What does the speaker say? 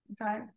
okay